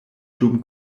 dum